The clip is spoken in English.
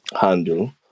handle